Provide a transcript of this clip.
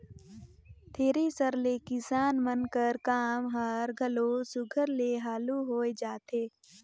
thresher ले किसान मन कर काम हर घलो सुग्घर ले हालु होए जाथे